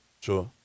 sure